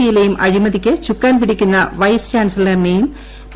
C യിലേയും അഴിമതിക്ക് ചുക്കാൻ പിടിക്കുന്ന വൈസ് ചാൻസിലറേയും പി